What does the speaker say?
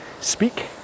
speak